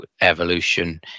evolution